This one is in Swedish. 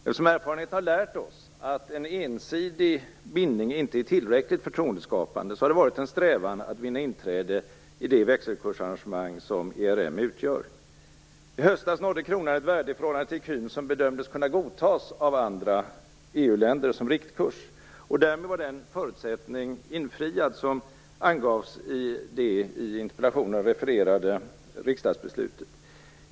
Eftersom erfarenheterna har lärt oss att en ensidig bindning inte är tillräckligt förtroendeskapande har det varit en strävan att vinna inträde i det växelkursarrangemang som ERM utgör. I höstas nådde kronan ett värde i förhållande till ecun som bedömdes kunna godtas av andra EU-länder som riktkurs. Därmed var den förutsättning infriad som angavs i det i interpellationen refererade riksdagsbeslutet.